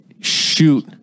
shoot